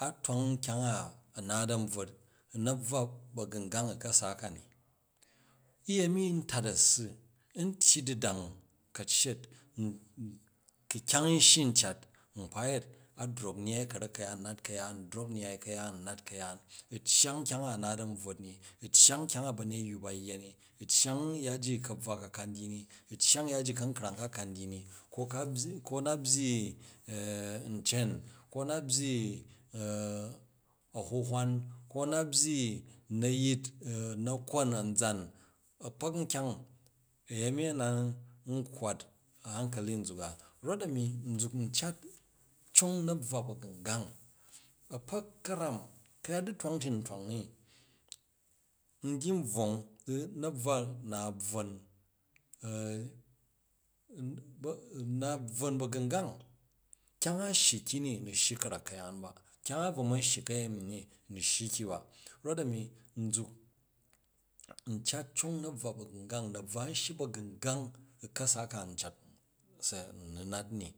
a twang nkyang a naat an bvwot u na̱bvwa ba̱gungang u ka̱sa ka ni, uyemi n tat a̱ssu n tyyi du̱dang ka̱ccet, ku̱ kyang n shyi ncat nkpa yet a drok nyaai ka̱rak ka̱yaan nat ka̱yaan, u drok nyai ka̱rak ka̱yaan u nat ka̱yaan u̱ cyang nkyang a̱ naat n bvwot i u cyang nkyang a ba̱nyeyyu ba yya ni, u̱ cyang yya ji ka̱bvwa ka kau dyyi ni u cyang yya ji ka̱nkrang ka ka ndyyi ni, ko ka byyi, ko na byyi na̱yit na̱kon, anzan a̱kpak nkyang, a̱yemi a na nkkwat hankali nzuka, rot a nu nzuk n cat cong u̱ na̱bvwa ba̱gungang a̱kpak ka̱ram ka̱yat du̱twang tio ntwang i n dyyi u̱ bvwong na̱bvwak na a̱ bvwon na bvwon ba̱gungang, kyang a shyi ki ni nu shyi ka̱rak ka̱yaan ba, kyang a bvo man shyi kayemi ni nu shyi ki ba, rot ami nzuk ncat cong nabvwa bagungang, nabvwa an shyi bagungang u kasa ka n cat se u na nat ni.